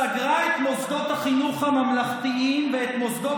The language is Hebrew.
סגרה את מוסדות החינוך הממלכתיים ואת מוסדות